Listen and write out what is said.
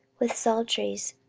with psalteries,